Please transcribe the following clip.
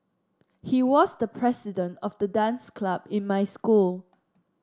he was the president of the dance club in my school